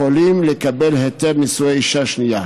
יכולים לקבל היתר נישואי אישה שנייה,